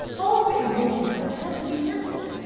all her emotions have had to be mental.